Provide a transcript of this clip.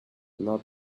not